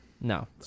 No